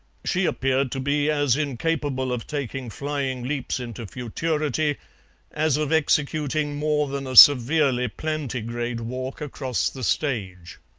she appeared to be as incapable of taking flying leaps into futurity as of executing more than a severely plantigrade walk across the stage.